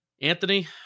Anthony